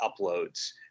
uploads